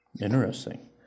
Interesting